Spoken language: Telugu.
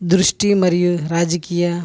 దృష్టి మరియు రాజకీయ